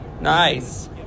Nice